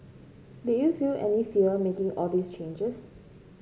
did you feel any fear making all these changes